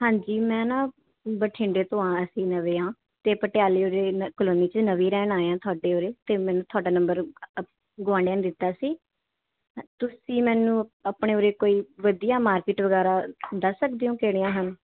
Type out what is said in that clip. ਹਾਂਜੀ ਮੈਂ ਨਾ ਬਠਿੰਡੇ ਤੋਂ ਹਾਂ ਅਸੀਂ ਨਵੇਂ ਹਾਂ ਅਤੇ ਪਟਿਆਲੇ ਦੇ ਕਲੋਨੀ 'ਚ ਨਵੇਂ ਰਹਿਣ ਆਏ ਹਾਂ ਤੁਹਾਡੇ ਉਰੇ ਅਤੇ ਤੁਹਾਡਾ ਨੰਬਰ ਗੁਆਂਢੀਆ ਨੇ ਦਿੱਤਾ ਸੀ ਤੁਸੀਂ ਮੈਨੂੰ ਆਪਣੇ ਉਰੇ ਕੋਈ ਵਧੀਆ ਮਾਰਕੀਟ ਵਗੈਰਾ ਦੱਸ ਸਕਦੇ ਓਂ ਕਿਹੜੀਆਂ ਹਨ